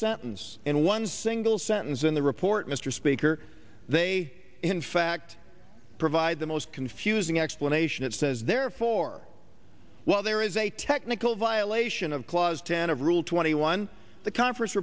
sentence and one single sentence in the report mr speaker they in fact provide the most confusing explanation it says therefore while there is a technical violation of clause ten of rule twenty one the conference